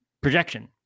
projection